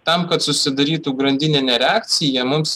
tam kad susidarytų grandininė reakcija mums